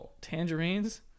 Tangerines